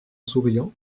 souriant